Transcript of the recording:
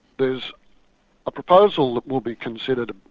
there's a proposal that will be considered